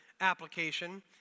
application